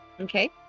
Okay